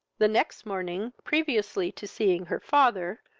the next morning, previously to seeing her father,